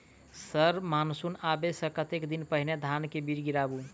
Sir monsoon आबै सऽ कतेक दिन पहिने धान केँ बीज गिराबू?